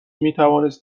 میتوانست